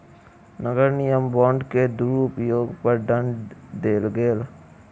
नगर निगम बांड के दुरूपयोग पर दंड देल गेल